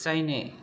जायनो